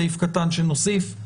סעיף קטן שנוסיף.